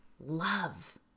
love